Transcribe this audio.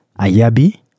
Ayabi